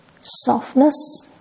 softness